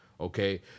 okay